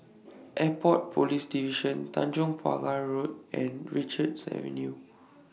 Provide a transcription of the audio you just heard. Airport Police Division Tanjong Pagar Road and Richards Avenue